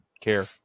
care